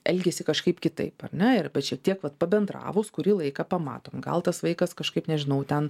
elgiasi kažkaip kitaip ar ne ir bet šiek tiek vat pabendravus kurį laiką pamatom gal tas vaikas kažkaip nežinau ten